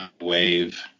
wave